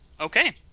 Okay